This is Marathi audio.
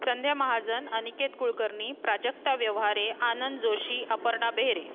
संध्या महाजन अनिकेत कुळकर्णी प्राजक्ता व्यवहारे आनंद जोशी अपर्णा बेहेरे